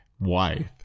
wife